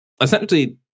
essentially